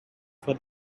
for